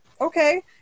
okay